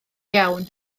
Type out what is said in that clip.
iawn